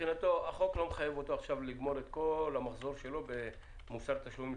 החוק לא מחייב אותו עכשיו לגמור את כל המחזור שלו במוסר התשלומים,